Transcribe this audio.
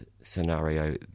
scenario